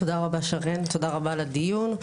תודה רבה, שרן, תודה רבה על הדיון.